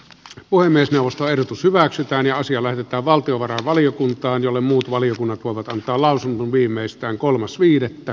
voi myös nousta ehdotus hyväksytään ja osia levittävaltiovarainvaliokuntaan jolle muut valiokunnat voivat antaa lausunnon viimeistään kolmas viidettä